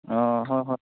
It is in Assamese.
অঁ হয় হয়